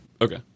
Okay